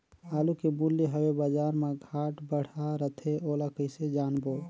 आलू के मूल्य हवे बजार मा घाट बढ़ा रथे ओला कइसे जानबो?